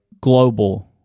global